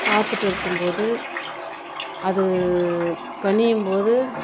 காத்துகிட்டு இருக்கும் போது அது கனியும் போது